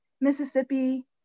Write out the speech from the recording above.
Mississippi